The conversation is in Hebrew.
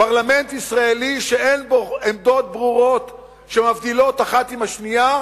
פרלמנט ישראלי שאין בו עמדות ברורות שמבדילות את עצמן זו